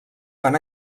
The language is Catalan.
van